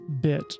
bit